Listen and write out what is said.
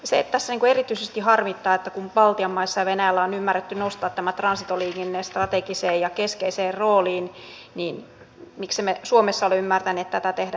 se tässä erityisesti harmittaa kun baltian maissa ja venäjällä on ymmärretty nostaa tämä transitoliikenne strategiseen ja keskeiseen rooliin miksemme suomessa ole ymmärtäneet tätä tehdä